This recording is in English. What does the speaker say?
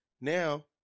Now